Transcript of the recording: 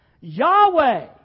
Yahweh